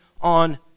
on